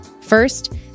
First